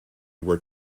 were